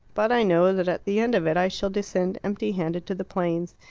but i know that at the end of it i shall descend empty-handed to the plains.